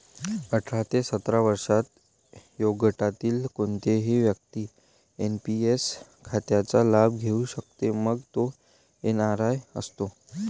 अठरा ते सत्तर वर्षे वयोगटातील कोणतीही व्यक्ती एन.पी.एस खात्याचा लाभ घेऊ शकते, मग तो एन.आर.आई असो